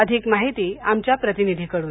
अधिक माहिती आमच्या प्रतिनिधीकडून